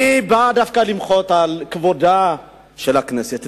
אני רוצה למחות למען כבודה של הכנסת.